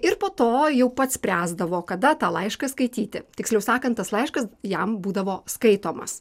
ir po to jau pats spręsdavo kada tą laišką skaityti tiksliau sakant tas laiškas jam būdavo skaitomas